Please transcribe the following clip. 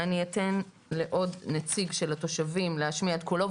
אני אתן לעוד נציג של התושבים להשמיע את קולו,